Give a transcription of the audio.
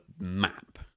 map